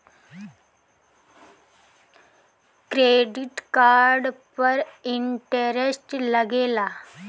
Credit card पर interest लागेला?